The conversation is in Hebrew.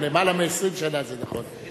גם למעלה מ-20 שנה זה נכון.